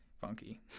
funky